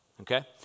okay